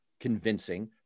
convincing